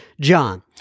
John